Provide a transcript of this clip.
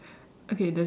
okay then